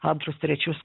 antrus trečius